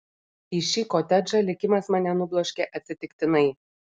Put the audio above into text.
į šį kotedžą likimas mane nubloškė atsitiktinai